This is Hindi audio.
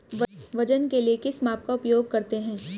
वजन के लिए किस माप का उपयोग करते हैं?